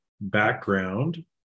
background